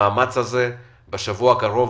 לפתור את זה בשבוע הקרוב,